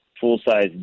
full-size